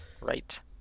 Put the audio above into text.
Right